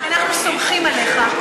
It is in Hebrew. אנחנו סומכים עליך.